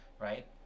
Right